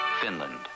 Finland